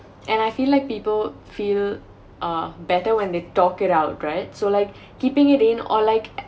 and I feel like people feel uh better when they talk it out right so like keeping it in or like